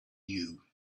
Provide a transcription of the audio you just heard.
you